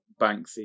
Banksy